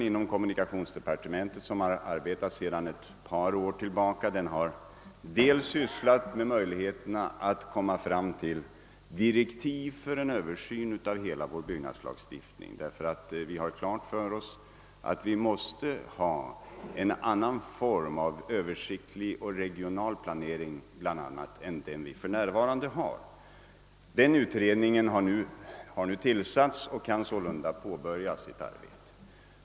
inom kommunikationsdepartementet, som varit verksam sedan ett par år tillbaka, har bl.a. utarbetat direktiv för en utredning, som skulle göra en översyn av hela vår byggnadslagstiftning. Vi har nämligen haft klart för oss att det bl.a. måste finnas en annan form av översiktlig och regional planering än den vi för närvarande har. En sådan utredning har nu tillsatts och kan påbörja sitt arbete.